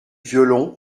violon